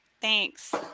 thanks